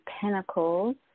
pentacles